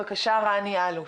בבקשה, רני אלוש.